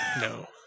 No